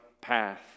path